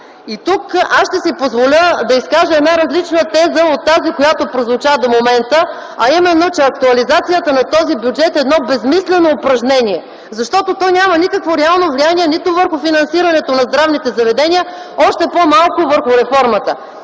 Тук аз ще си позволя да изкажа една различна теза от тази, която прозвуча до момента, а именно, че актуализацията на този бюджет е едно безсмислено упражнение, защото то няма никакво реално влияние нито върху финансирането на здравните заведения, а още по-малко върху реформата.